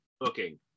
booking